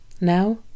Now